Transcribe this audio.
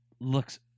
Looks